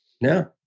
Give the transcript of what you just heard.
No